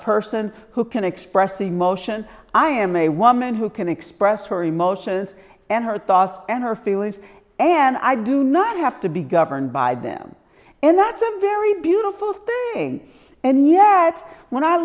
person who can express emotion i am a woman who can express her emotions and her thoughts and her feelings and i do not have to be governed by them and that's a very beautiful thing and yet when i